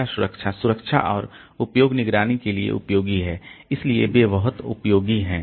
data सुरक्षा सुरक्षा और उपयोग निगरानी के लिए उपयोगी है इसलिए वे बहुत उपयोगी हैं